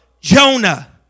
Jonah